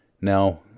Now